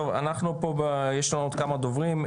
טוב, אנחנו יש לנו פה עוד כמה דוברים.